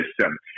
system